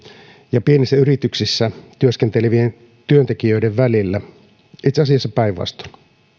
ja pienissä yrityksissä työskentelevien työntekijöiden välillä itse asiassa päinvastoin